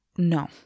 no